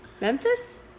Memphis